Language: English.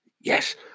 Yes